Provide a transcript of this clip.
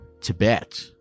Tibet